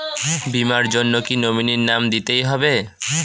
বীমার জন্য কি নমিনীর নাম দিতেই হবে?